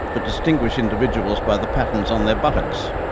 but distinguish individuals by the patterns on their buttocks.